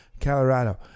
Colorado